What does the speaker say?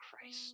Christ